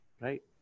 right